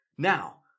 Now